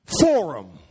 forum